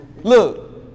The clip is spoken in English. Look